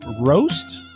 roast